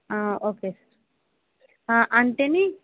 okay sir అంటేని